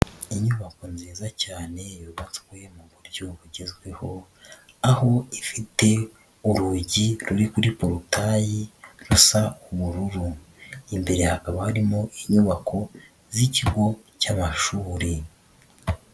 Inyubako nziza cyane yubatswe mu buryo bugezweho, aho ifite urugi ruri kuri porotayi rusa ubururu, imbere hakaba harimo inyubako z'ikigo cy'amashuri.